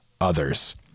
others